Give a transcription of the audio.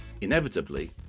inevitably